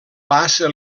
passa